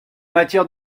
matière